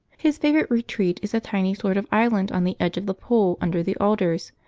his favourite retreat is a tiny sort of island on the edge of the pool under the alders,